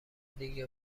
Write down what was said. دیگه